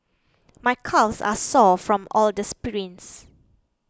my calves are sore from all the sprints